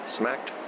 smacked